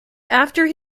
after